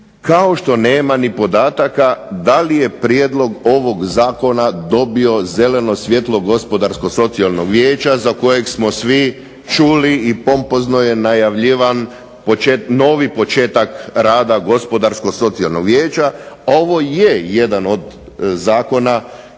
kao što nema ni podataka da li je prijedlog ovog zakona dobio zeleno svijetlo gospodarsko-socijalnog vijeća za kojeg smo svi čuli i pompozno je najavljivan novi početak rada gospodarsko-socijalnog vijeća. Ovo je jedan od zakona